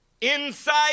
Inside